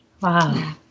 Wow